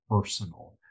personal